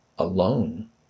alone